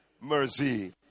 Mercy